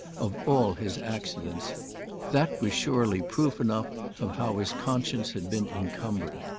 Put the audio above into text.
of all his accidents that was surely proof enough of how his conscience had been encumbered.